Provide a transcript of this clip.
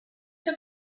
have